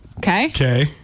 Okay